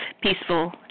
peaceful